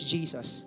Jesus